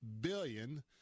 billion